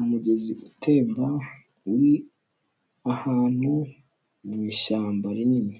umugezi utemba uri ahantu mu ishyamba rinini.